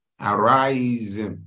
Arise